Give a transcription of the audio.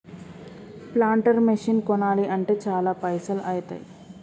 planter machine కొనాలి అంటే చాల పైసల్ ఐతాయ్